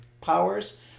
powers